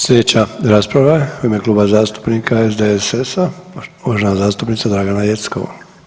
Sljedeća rasprava je u ime Kluba zastupnika SDSS-a uvažena zastupnica Dragana Jeckov.